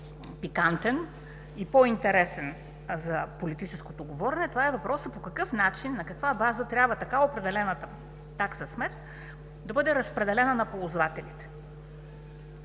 по-пикантен и по-интересен за политическото говорене и това е въпросът: по какъв начин, на каква база трябва така определената такса смет да бъде разпределена на ползвателите?